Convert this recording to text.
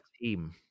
team